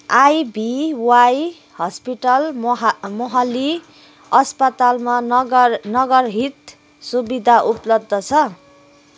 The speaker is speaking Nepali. आइभिवाई हस्पिटल मोहा मोहाली अस्पतालमा नगर नगदरहित सुविधा उपलब्ध छ